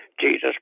Jesus